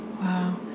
Wow